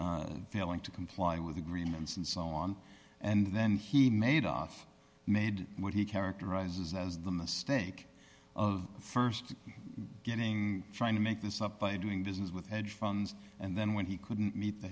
failing to comply with agreements and so on and then he made off made what he characterizes as the mistake of st getting trying to make this up by doing business with hedge funds and then when he couldn't meet the